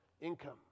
income